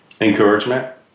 encouragement